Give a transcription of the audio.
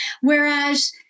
Whereas